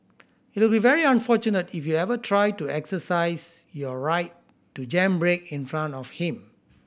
it will be very unfortunate if you ever try to exercise your right to jam brake in front of him